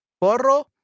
Porro